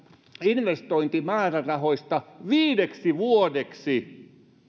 investointimäärärahoista viideksi vuodeksi